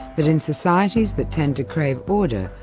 but in societies that tend to crave order,